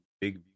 Big